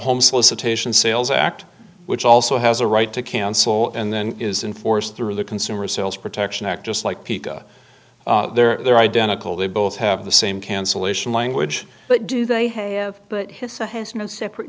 home solicitation sales act which also has a right to cancel and then is in force through the consumer sales protection act just like pete they're identical they both have the same cancellation language but do they have